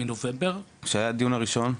כשהיה הדיון הראשון.